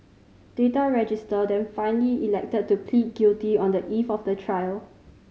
Data Register then finally elected to plead guilty on the eve of the trial